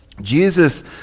Jesus